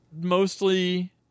mostly